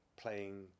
playing